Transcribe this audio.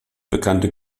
bekannte